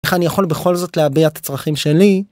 איך אני יכול בכל זאת להביע את הצרכים שלי.